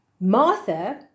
Martha